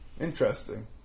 interesting